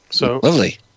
Lovely